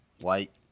white